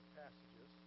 passages